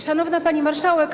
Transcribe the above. Szanowna Pani Marszałek!